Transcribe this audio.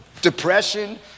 Depression